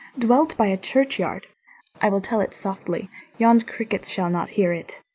dwelt by a churchyard i will tell it softly yond crickets shall not hear it.